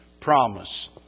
Promise